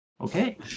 Okay